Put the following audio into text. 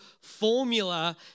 formula